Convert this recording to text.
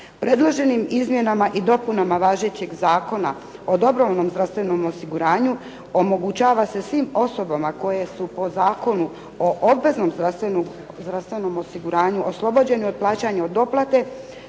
Predloženim izmjenama i dopunama važećeg Zakona o dobrovoljnom zdravstvenom osiguranju omogućava se svim osobama koje su po Zakonu o obveznom zdravstvenom osiguranju oslobođeni od plaćanja doplate